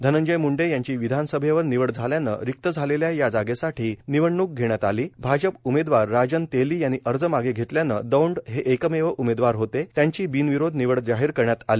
धनंजय मुंडे यांची विधानसभेवर निवड झाल्यानं रिक्त झालेल्या या जागेसाठी निवडणूक घेण्यात आली भाजप उमेदवार राजन तेली यांनी अर्ज मागे घेतल्यानं दौंड हे एकमेव उमेदवार होते त्यांची बिनविरोध निवड जाहीर करण्यात आली